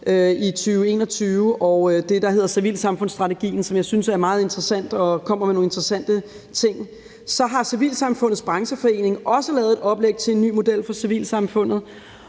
i 2021, og det, der hedder civilsamfundsstrategien, som jeg synes er meget interessant og kommer med nogle interessante ting. Så har Civilsamfundets Brancheforening også lavet et oplæg til en ny model for civilsamfundet.